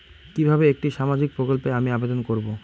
কিভাবে একটি সামাজিক প্রকল্পে আমি আবেদন করব?